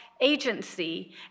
agency